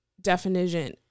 definition